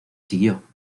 siguió